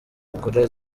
bakora